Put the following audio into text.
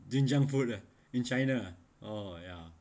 jin jiang food ah in china uh oh ya